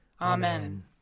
Amen